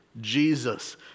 Jesus